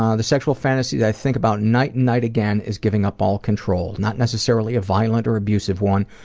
ah the sexual fantasy that i think about night and night again is giving up all control, not necessarily a violent or abusive one,